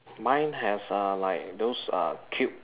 mine has uh like those uh cube